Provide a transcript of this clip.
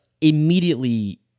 immediately